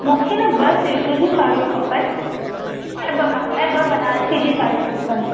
मूंखे न ॿ सिल्क जी साड़ियूं खपनि ऐं ॿ ऐं ॿ बनारसी जी साड़ी खपनि